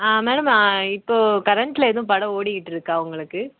ஆ madam இப்போ கரண்ட்டில் எதுவும் படம் ஓடிக்கிட்டுருக்கா உங்களுக்கு